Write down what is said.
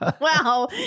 Wow